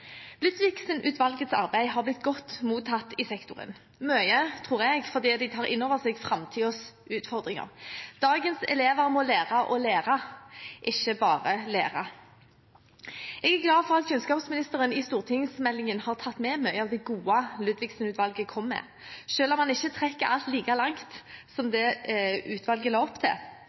Ludvigsen-utvalgets arbeid har blitt godt mottatt i sektoren – mye, tror jeg, fordi det tar inn over seg framtidens utfordringer. Dagens elever må lære å lære, ikke bare lære. Jeg er glad for at kunnskapsministeren i stortingsmeldingen har tatt med mye av det gode Ludvigsen-utvalget kom med, selv om han ikke trekker alt like langt som det utvalget la opp til.